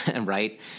right